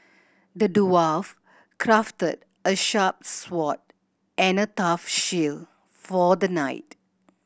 the dwarf crafted a sharp sword and a tough shield for the knight